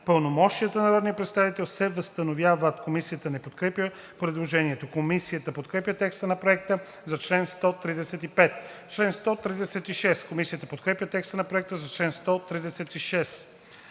пълномощията на народния представител се възстановяват.“ Комисията не подкрепя предложението. Комисията подкрепя текста на Проекта за чл. 135.